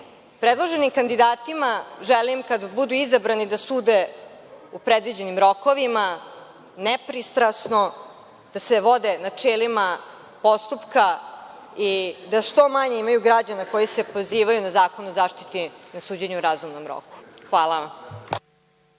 skupštini. Predloženi kandidatima želim kada budu izabrani da sude u predviđenim rokovima, nepristrano, da se vode načelima postupka i da što manje imaju građana koji se pozivaju na Zakon o zaštiti na suđenju razumnom roku. Hvala vam.